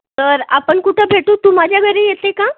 तर आपण कुठं भेटू तू माझ्या घरी येते का